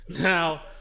Now